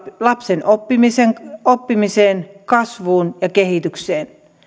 lapsen oppimiseen oppimiseen kasvuun ja kehitykseen